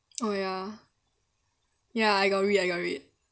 oh ya ya I got read I got read